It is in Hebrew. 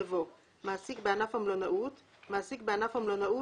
יבוא: ""מעסיק בענף המלונאות" מעסיק בענף המלונאות,